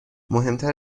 مهمتر